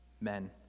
men